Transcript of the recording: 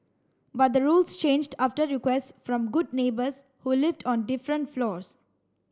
but the rules changed after requests from good neighbours who lived on different floors